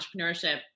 entrepreneurship